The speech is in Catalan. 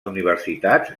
universitats